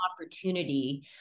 opportunity